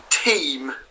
team